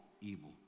evil